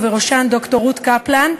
ובראשן ד"ר רות קפלן,